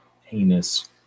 heinous